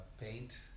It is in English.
paint